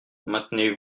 maintenez